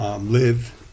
Live